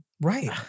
Right